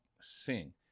sing